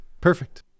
perfect